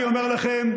אני אומר לכם,